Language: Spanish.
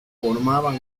formaban